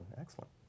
Excellent